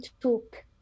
took